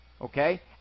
okay